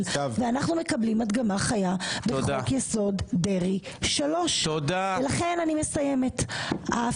ואנחנו מקבלים הדגמה חיה בחוק יסוד דרעי 3. לכן ההפיכה